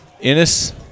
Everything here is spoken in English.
Ennis